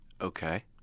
Okay